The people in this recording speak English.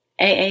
AA